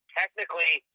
technically